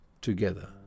together